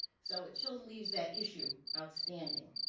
so it still leaves that issue outstanding.